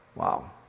Wow